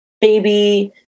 baby